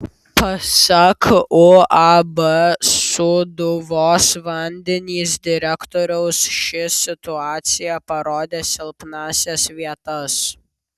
pasak uab sūduvos vandenys direktoriaus ši situacija parodė silpnąsias vietas